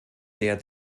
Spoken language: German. der